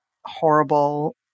horrible